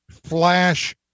flash